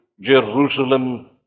Jerusalem